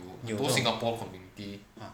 有哪个